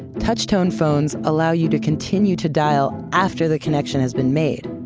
touch tone phones allow you to continue to dial after the connection has been made.